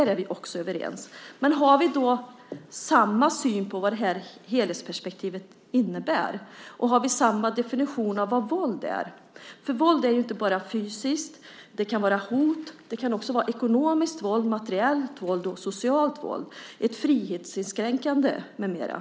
Där är vi också överens. Men har vi då samma syn på vad helhetsperspektivet innebär? Och har vi samma definition av vad våld är? Våld är ju inte bara fysiskt. Det kan handla om hot och även om ekonomiskt, materiellt och socialt våld och ett frihetsinskränkande med mera.